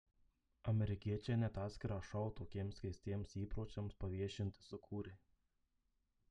amerikiečiai net atskirą šou tokiems keistiems įpročiams paviešinti sukūrė